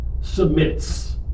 submits